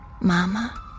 Mama